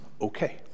okay